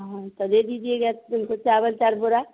हाँ तो दे दीजिएगा हमको चावल चार बोरा